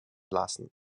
lassen